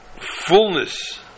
fullness